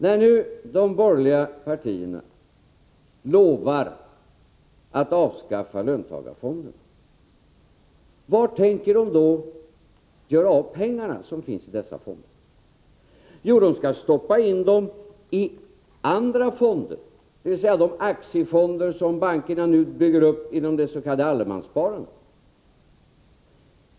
När nu de borgerliga partierna lovar att avskaffa löntagarfonderna, vad tänker de göra av pengarna, som finns i dessa fonder? Jo, de skall stoppa in dem i andra fonder, i de aktiefonder som bankerna nu bygger upp genom dets.k. allemanssparandet.